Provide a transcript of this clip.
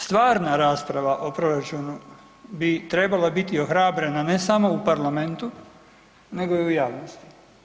Stvarna rasprava o proračunu bi trebala biti ohrabrena ne samo u parlamentu nego i u javnosti.